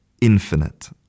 Infinite